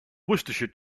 worcestershire